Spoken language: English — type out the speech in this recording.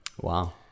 Wow